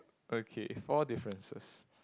okay four differences